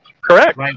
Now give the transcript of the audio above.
Correct